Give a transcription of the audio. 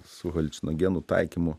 su haliucinogenų taikymu